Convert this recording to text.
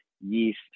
yeast